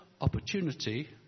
opportunity